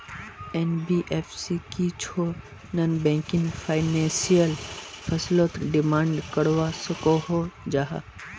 NBFC की छौ non banking financial फसलोत डिमांड करवा सकोहो जाहा?